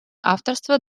авторства